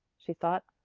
she thought.